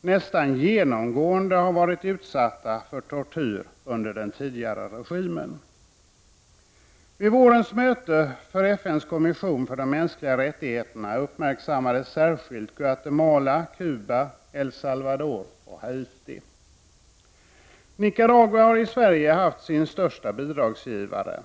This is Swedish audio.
nästan genomgående varit utsatta för tortyr under den tidigare regimen. Vid vårens möte för FNs kommission för de mänskliga rättigheterna uppmärksammades särskilt Guatemala, Cuba, El Salvador och Haiti. Nicaragua har i Sverige haft sin största bidragsgivare.